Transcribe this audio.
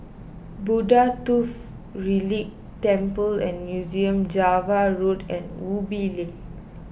Buddha Tooth Relic Temple and Museum Java Road and Ubi Link